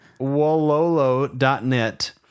Wololo.net